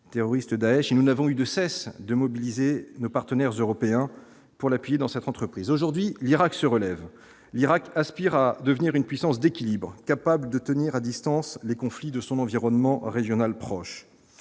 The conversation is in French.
terroriste Daech nous n'avons eu de cesse de mobiliser nos partenaires européens pour l'appuyer dans cette entreprise, aujourd'hui l'Irak se relève l'Irak Aspire à devenir une puissance d'équilibre, capable de tenir à distance les conflits de son environnement régional proche